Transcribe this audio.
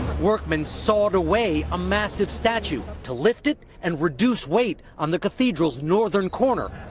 workmen sawed away a massive statue to lift it and reduce weight on the cathedral's northern corner,